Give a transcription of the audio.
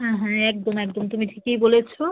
হ্যাঁ হ্যাঁ একদম একদম তুমি ঠিকই বলেছো